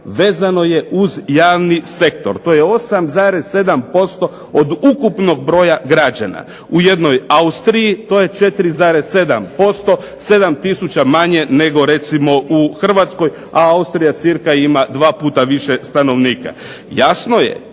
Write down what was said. vezano je uz javni sektor, to je 8,7% od ukupnog broja građana. U jednoj Austriji to je 4,7%, 7 tisuća manje nego recimo u Hrvatskoj, a Austrija cca ima dva puta više stanovnika. Jasno je,